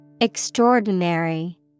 Extraordinary